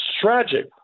tragic